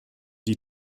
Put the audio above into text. die